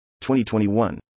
2021